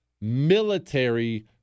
military